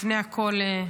לפני הכול,